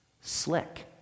Slick